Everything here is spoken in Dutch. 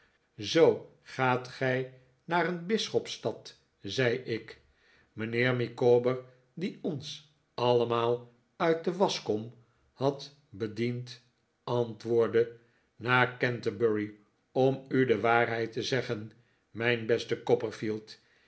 zoo gaat gij naar een bisschopsstad zei ik mijnheer micawber die ons allemaal uit de waschkom had bediend antwoordde naar canterbury om u de waarheid te zeggen mijn beste